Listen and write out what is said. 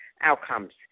outcomes